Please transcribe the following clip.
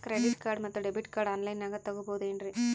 Credit card ಮತ್ತು debit card on ಲೈನಾಗ್ ತಗೋಬಹುದೇನ್ರಿ?